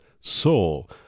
soul